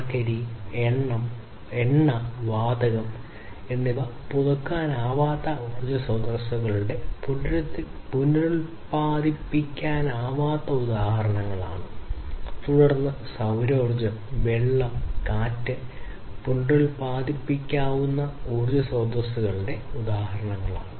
കൽക്കരി എണ്ണ വാതകം പുതുക്കാനാവാത്ത ഊർജ്ജ സ്രോതസ്സുകളുടെ പുനരുൽപ്പാദിപ്പിക്കാനാവാത്ത ഉദാഹരണങ്ങളാണ് തുടർന്ന് സൌരോർജ്ജം വെള്ളം കാറ്റ് പുനരുൽപ്പാദിപ്പിക്കാവുന്ന ഊർജ്ജ സ്രോതസ്സുകളുടെ ഉദാഹരണങ്ങളാണ്